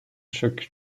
chuck